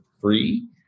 free